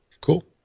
Cool